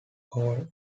hall